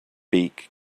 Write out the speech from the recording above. beak